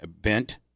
bent